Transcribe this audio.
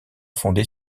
fondée